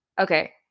Okay